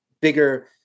bigger